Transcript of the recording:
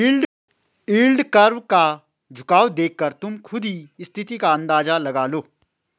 yield curve का झुकाव देखकर तुम खुद ही स्थिति का अंदाजा लगा लो